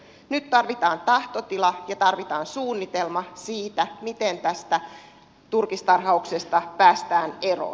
nyt tarvitaan tahtotila ja tarvitaan suunnitelma siitä miten tästä turkistarhauksesta päästään eroon